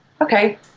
okay